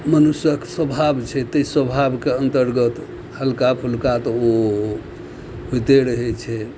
मनुष्यक स्वभाव छै तै स्वभावके अन्तर्गत हल्का फुल्का तऽ ओ होइते रहय छै